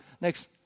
Next